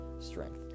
strength